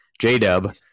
J-Dub